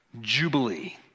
Jubilee